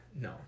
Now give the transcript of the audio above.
No